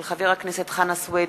של חבר הכנסת חנא סוייד